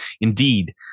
indeed